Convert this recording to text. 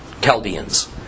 Chaldeans